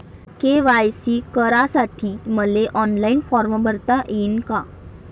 KYC करासाठी मले online form भरता येईन का?